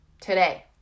today